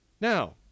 now